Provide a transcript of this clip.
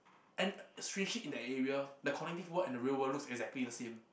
and strangely in that area that cognitive world and the real world looks exactly the same